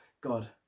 God